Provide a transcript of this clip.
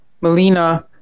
Melina